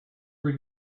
over